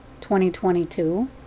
2022